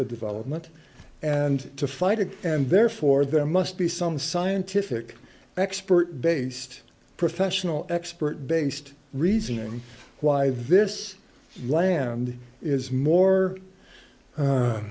the development and to fight it and therefore there must be some scientific expert based professional expert based reasoning why this land is more